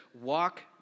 walk